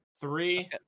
Three